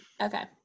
Okay